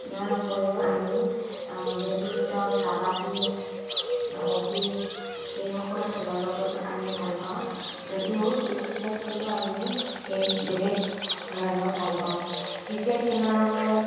ইয়াৰ উপৰিও আমি badminton kabaddi hockey এইসকল খেলৰ লগত আমি ভাল পাওঁ যদিও এই ক্ৰিকেট খেলটো আমি এক বেলেগ ধৰণৰ ভাল পাওঁ ক্ৰিকেট খেলৰ লগত